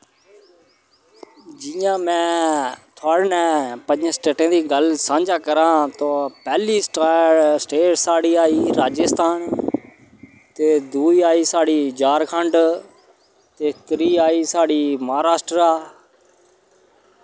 जि'यां मै थुआढ़े ने पंजें स्टेटें दी गल्ल सांझा करां तो पैह्ली स्टेट साढ़ी आई राजस्थान ते दुई आई साढ़ी झारखंड ते त्री आई साढ़ी महाराश्ट्रा